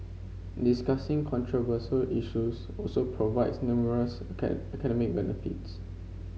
discussing controversial issues also provides numerous academic benefits